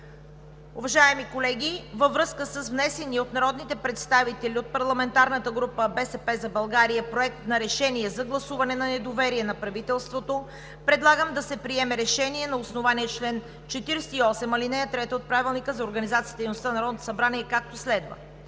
Уважаеми колеги, във връзка с внесения от народните представители от парламентарната група на „БСП за България“ Проект на решение за гласуване на недоверие на правителството предлагам да се приеме Решение на основание чл. 48, ал. 3 от Правилника за организацията и дейността на Народното събрание, както следва: